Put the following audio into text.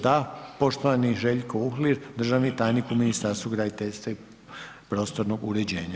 Da, poštovani Željko Uhlir, državni tajnik u Ministarstvu graditeljstva i prostornog uređenja.